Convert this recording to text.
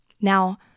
Now